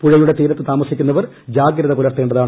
പുഴയുടെ തീരത്ത് താമസിക്കുന്നവർ ജാഗ്രത പുലർത്തേണ്ടതാണ്